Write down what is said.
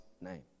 name